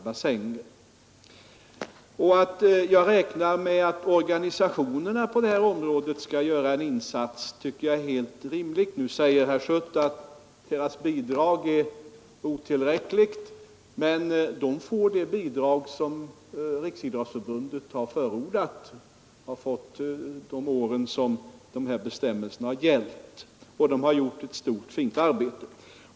Jag tycker också att det är helt rimligt att räkna med att organisationerna skall göra en insats på detta område. Herr Schött säger att deras bidrag är otillräckligt, men jag vill framhålla att de har fått det bidrag som Riksidrottsförbundet har förordat under de år som ifrågavarande bestämmelser har gällt. Dessa organisationer har också gjort ett stort och fint arbete.